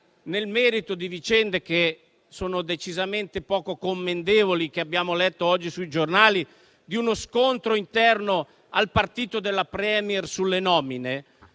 nel merito di vicende che sono decisamente poco commendevoli e che abbiamo letto oggi sui giornali, quelle di uno scontro interno al partito della *Premier* sulle nomine,